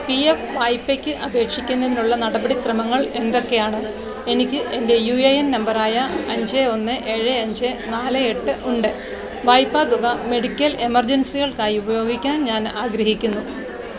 P F വായ്പയ്ക്ക് അപേക്ഷിക്കുന്നതിനുള്ള നടപടിക്രമങ്ങൾ എന്തൊക്കെയാണ് എനിക്ക് എൻ്റെ യു എ എൻ നമ്പർ ആയ അഞ്ച് ഒന്ന് ഏഴ് അഞ്ച് നാല് എട്ട് ഉണ്ട് വായ്പാ തുക മെഡിക്കൽ എമർജൻസികൾക്കായി ഉപയോഗിക്കാൻ ഞാൻ ആഗ്രഹിക്കുന്നു